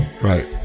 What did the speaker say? Right